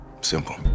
simple